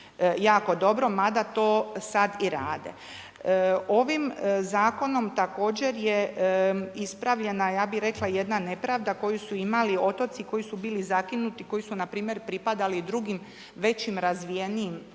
jako dobro mada to sad i rade. Ovim zakonom također je ispravljena ja bih rekla jedna nepravda koju su imali otoci koji su bili zakinuti, koji su npr. pripadali drugim većim razvijenim